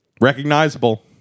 Recognizable